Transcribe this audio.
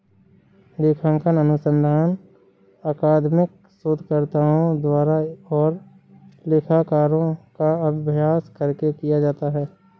लेखांकन अनुसंधान अकादमिक शोधकर्ताओं द्वारा और लेखाकारों का अभ्यास करके किया जाता है